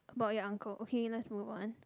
about your uncle okay let's move on